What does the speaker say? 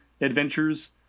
adventures